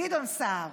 גדעון סער.